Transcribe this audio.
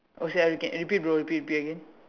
also we can repeat bro repeat repeat again